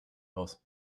aus